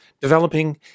developing